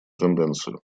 тенденцию